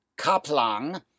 Kaplang